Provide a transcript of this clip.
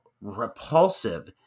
repulsive